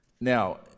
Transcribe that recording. Now